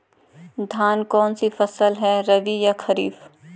धान कौन सी फसल है रबी या खरीफ?